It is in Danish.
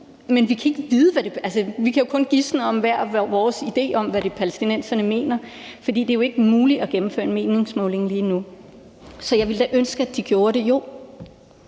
det og have hver vores idé om, hvad palæstinenserne mener. For det er jo ikke muligt at gennemføre en meningsmåling lige nu. Så jeg ville da ønske, at de gjorde det,